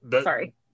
sorry